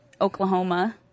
Oklahoma